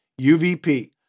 UVP